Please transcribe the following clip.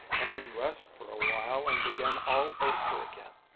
and then rest for a while and begin all over again.